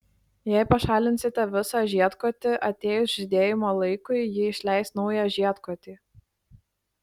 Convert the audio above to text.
jei pašalinsite visą žiedkotį atėjus žydėjimo laikui ji išleis naują žiedkotį